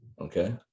Okay